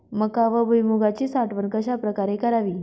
मका व भुईमूगाची साठवण कशाप्रकारे करावी?